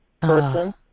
person